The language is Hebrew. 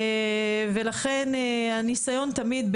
לכן הניסיון תמיד,